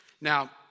Now